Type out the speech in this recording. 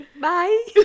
Bye